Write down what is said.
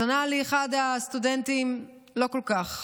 אז ענה לי אחד הסטודנטים: לא כל כך.